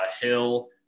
Hill